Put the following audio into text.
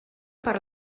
per